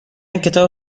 کتاب